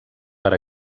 per